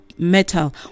metal